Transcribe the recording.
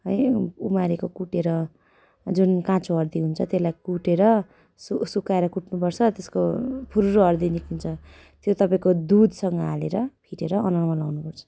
है उ उमारेको कुटेर जुन काँचो हर्दी हुन्छ त्यसलाई कुटेर सु सुकाएर कुट्नुपर्छ त्यसको फुरुरु हर्दी निस्किन्छ त्यो तपाईँको दुधसँग हालेर फिटेर अनुहारमा लाउनुपर्छ